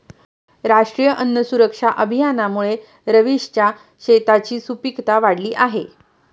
राष्ट्रीय अन्न सुरक्षा अभियानामुळे रवीशच्या शेताची सुपीकता वाढली आहे